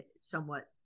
somewhat